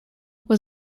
was